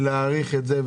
להאריך את זה,